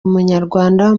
umunyarwanda